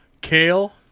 kale